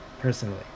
personally